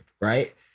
right